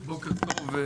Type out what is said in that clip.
(הצגת מצגת) בוקר טוב,